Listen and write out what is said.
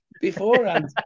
beforehand